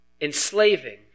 enslaving